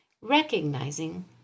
recognizing